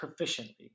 proficiently